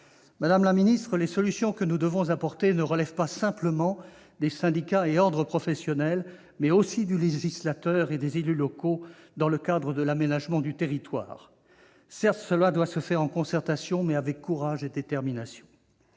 Madame la secrétaire d'État, les solutions que nous devons apporter relèvent non pas simplement des syndicats et ordres professionnels, mais aussi du législateur et des élus locaux dans le cadre de l'aménagement du territoire. Certes, cela doit se faire en concertation, mais avec courage et détermination.